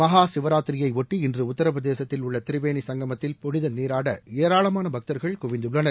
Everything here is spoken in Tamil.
மஹா சிவராத்திரியைபொட்டி இன்று உத்தரப்பிரதேசத்தில் உள்ள திரிவேணி சங்கமத்தில் புனித நீராட ஏராளமான பக்தர்கள் குவிந்துள்ளனர்